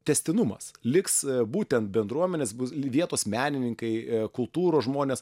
tęstinumas liks būtent bendruomenės bus vietos menininkai kultūros žmonės